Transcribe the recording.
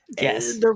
yes